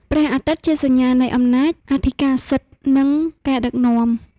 ព្រះអាទិត្យជាសញ្ញានៃអំណាចអធិការសិទ្ធិ និងការដឹកនាំ។